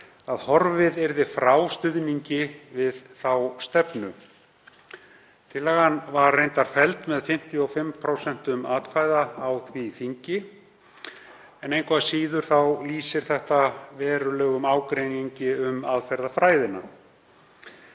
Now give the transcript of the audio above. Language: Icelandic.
að horfið yrði frá stuðningi við þá stefnu. Tillagan var reyndar felld með 55% atkvæða á því þingi en engu að síður lýsir þetta verulegum ágreiningi um aðferðafræðina.